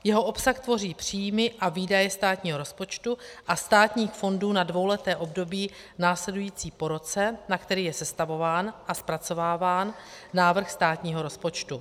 Jeho obsah tvoří příjmy a výdaje státního rozpočtu a státních fondů na dvouleté období následující po roce, na který je sestavován a zpracováván návrh státního rozpočtu.